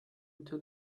into